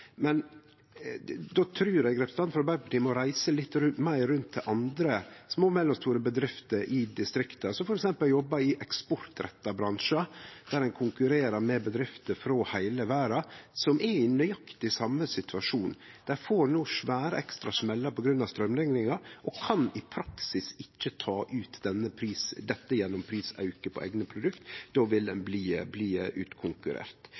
men då trur eg representanten frå Arbeidarpartiet må reise litt meir rundt til andre små og mellomstore bedrifter i distrikta, som f.eks. jobbar i eksportretta bransjar, der ein konkurrerer med bedrifter frå heile verda, som er i nøyaktig same situasjon. Dei får no svære ekstrasmellar på grunn av straumrekninga og kan i praksis ikkje ta ut dette gjennom prisauke på eigne produkt. Då vil ein bli utkonkurrert.